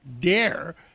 dare